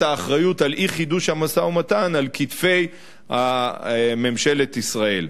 האחריות לאי-חידוש המשא-ומתן על כתפי ממשלת ישראל.